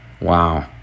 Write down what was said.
Wow